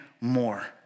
more